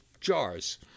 jars